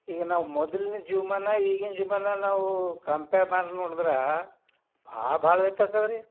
ಈಗ ನಾವು ಮೊದಲನೇ ಜೀವಮಾನ ಈಗಿನ ಜೀವಮಾನ ನಾವು ಕಂಪೇರ್ ಮಾಡಿ ನೋಡಿದ್ರ ಭಾಳ ಭಾಳ ವ್ಯತ್ಯಾಸ ಅದ ರೀ